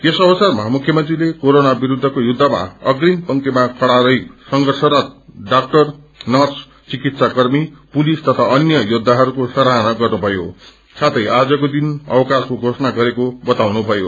यस अवसरमा मुख्यमन्त्रीले कोरोना विरूद्वको युद्धमा अग्रिम पंक्तिमा खड़ा रही संघर्षरत डाक्टर नर्स चिकित्सा कर्मी पुलिस तथा अन्य योद्धाहरूको सराहना गर्नुभयो साथै आजको दिन अक्कशको धोषणा गरेको बताउनु भयो